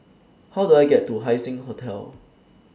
How Do I get to Haising Hotel